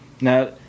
Now